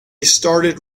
started